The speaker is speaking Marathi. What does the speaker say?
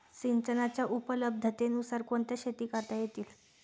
सिंचनाच्या उपलब्धतेनुसार कोणत्या शेती करता येतील?